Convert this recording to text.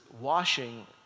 washing